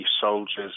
soldiers